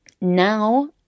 now